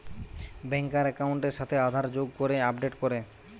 ব্যাংকার একাউন্টের সাথে আধার যোগ করে আপডেট করে